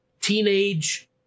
Teenage